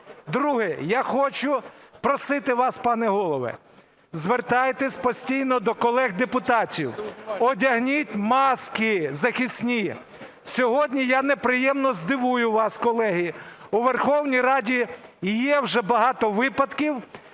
Друге. Я хочу просити вас, пане Голово, звертайтесь постійно до колег депутатів: одягніть маски захисні! Сьогодні я неприємно здивую вас, колеги, у Верховній Раді є вже багато випадків,